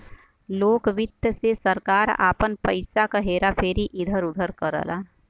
लोक वित्त से सरकार आपन पइसा क हेरा फेरी इधर उधर करला